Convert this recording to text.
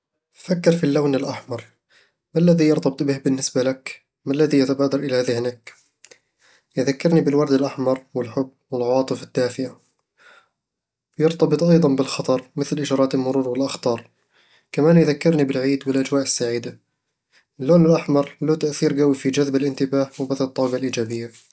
فكر في اللون الأحمر. ما الذي يرتبط به بالنسبة لك؟ ما الذي يتبادر إلى ذهنك؟ يذكرني بالورد الأحمر والحب والعواطف الدافئة بيرتبط أيضًا بالخطر مثل إشارات المرور والأخطار كمان يذكرني بالعيد والأجواء السعيدة اللون الأحمر له تأثير قوي في جذب الانتباه وبث الطاقة الإيجابية